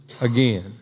again